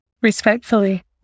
respectfully